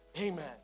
Amen